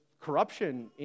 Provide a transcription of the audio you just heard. corruption